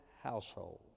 household